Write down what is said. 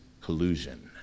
collusion